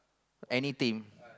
any team